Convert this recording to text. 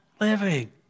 living